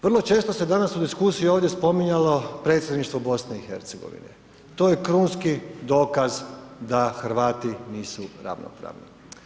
Vrlo često se danas u diskusiji ovdje spominjalo predsjedništvo BIH, to je krunski dokaz da Hrvati nisu ravnopravni.